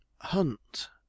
hunt